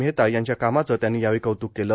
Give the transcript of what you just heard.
मेहता यांच्या कामाचं त्यांनी यावेळी कौत्क केलं